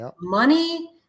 money